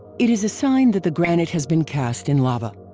it is a sign that the granite has been cast in lava.